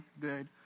good